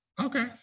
Okay